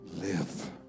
live